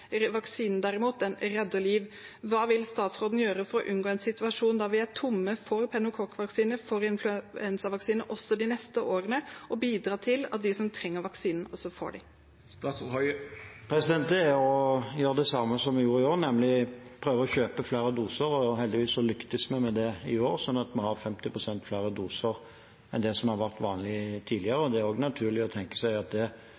Vaksinen derimot redder liv. Hva vil statsråden gjøre for å unngå en situasjon der vi er tomme for pneumokokkvaksiner og influensavaksiner også de neste årene, og bidra til at de som trenger vaksine, også får det? Det er å gjøre det samme som vi gjorde i år – nemlig å kjøpe flere doser. Heldigvis lyktes vi med det i år, slik at vi har 50 pst. flere doser enn det som har vært vanlig tidligere. Det er også naturlig å tenke seg at det bør vi gjøre til neste år, for jeg tror at